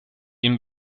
ihnen